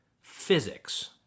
Physics